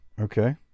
okay